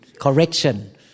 correction